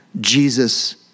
Jesus